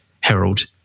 Herald